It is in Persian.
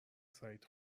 سعید